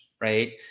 right